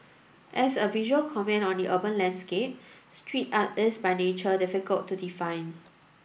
as a visual comment on the urban landscape street art is by nature difficult to define